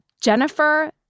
Jennifer